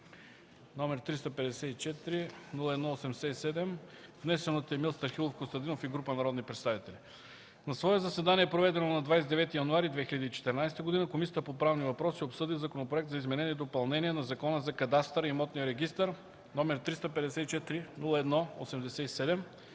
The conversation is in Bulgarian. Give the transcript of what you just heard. № 354-01-87, внесен от Емил Страхилов Костадинов и група народни представители На свое заседание, проведено на 29 януари 2014 г., Комисията по правни въпроси обсъди Законопроект за изменение и допълнение на Закона за кадастъра и имотния регистър № 354-01-87,